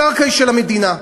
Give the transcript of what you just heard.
הקרקע היא של המדינה.